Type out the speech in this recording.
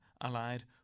allied